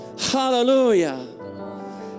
Hallelujah